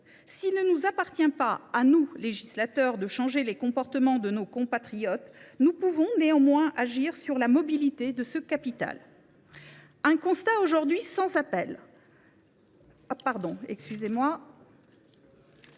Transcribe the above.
S’il ne nous appartient pas, en tant que législateurs, de changer les comportements de nos compatriotes, nous pouvons néanmoins agir sur la mobilité de ce capital. Au delà de l’aspect